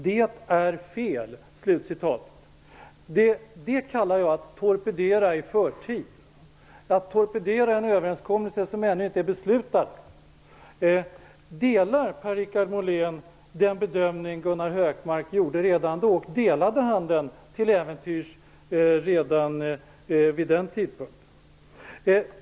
Det är fel. Detta kallar jag att torpedera i förtid, att torpedera en överenskommelse som ännu inte är klar. Delar Per-Richard Molén den bedömning som Gunnar Hökmark gjorde då? Delade han den till äventyrs redan vid den tidpunkten?